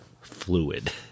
fluid